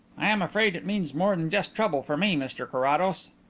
i'm afraid it means more than just trouble for me, mr carrados.